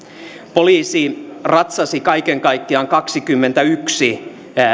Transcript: poliisi ratsasi kaiken kaikkiaan kaksikymmentäyksi